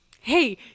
Hey